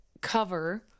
cover